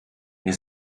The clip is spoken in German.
wir